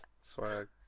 swag